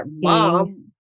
Mom